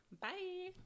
Bye